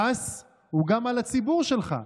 המס הוא גם על הציבור שלך.